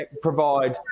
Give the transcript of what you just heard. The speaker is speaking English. provide